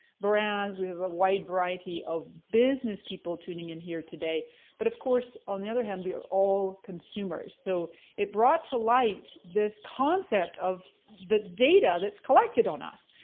brands. we have a wide variety of business people tuning in here today but of course on the other hand we are all consumers. so it brought to light this concept of the data that's collected on us.